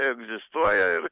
egzistuoja ir